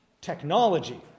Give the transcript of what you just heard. technology